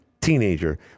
teenager